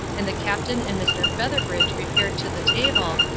and the captain and mr. featherbridge repaired to the table,